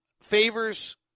Favors